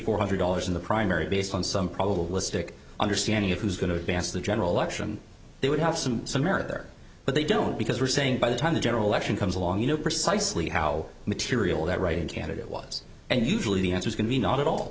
four hundred dollars in the primary based on some probabilistic understanding of who's going to advance the general election they would have some merit there but they don't because we're saying by the time the general election comes along you know precisely how material that writing candidate was and usually the answers can be not at all